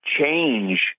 change